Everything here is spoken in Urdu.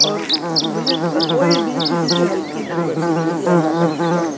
اور مجھے کوئی بھی کسی کی ہیلپ کی ضرورت بھی نہیں ہوتی ہے اللہ کا شکر ہے